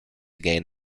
gain